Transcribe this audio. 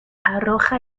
arroja